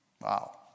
Wow